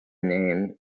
name